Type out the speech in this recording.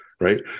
Right